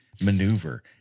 maneuver